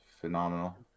Phenomenal